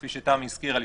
כפי שתמי הזכירה,